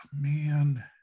man